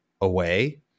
away